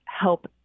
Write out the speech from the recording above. help